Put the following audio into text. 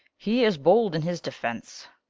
he is bold in his defence